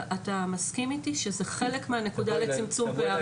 אתה מסכים איתי שזה חלק מהנקודה לצמצום פערים?